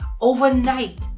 overnight